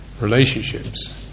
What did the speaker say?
Relationships